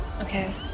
Okay